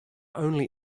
only